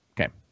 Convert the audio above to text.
Okay